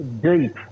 deep